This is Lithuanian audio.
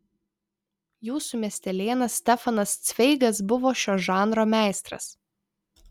jūsų miestelėnas stefanas cveigas buvo šio žanro meistras